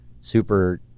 super